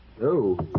No